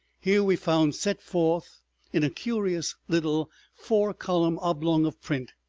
here we found set forth in a curious little four-column oblong of print,